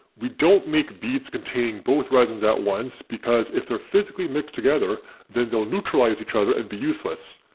we don't make beads containing both resins at once because if they're physically mixed together then they'll neutralize each other and be useless.